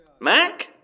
Mac